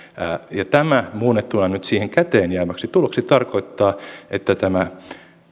ja tämä muunnettuna nyt siihen käteen jääväksi tuloksi tarkoittaa että tämä